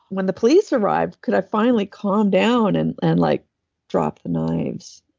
when the police arrived, could i finally calm down and and like drop the knives.